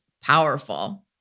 powerful